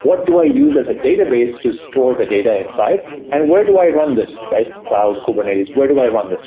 what do i use as a database to store the data inside and where do i run this cloud, kubernetes, where do i run this?